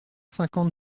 cinquante